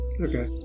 Okay